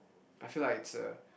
I feel like it's a